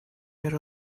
yer